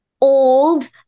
old